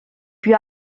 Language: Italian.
più